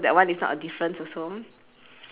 ya and yours is a green tractor also right